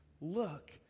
look